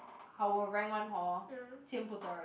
our rank one hor 见不得人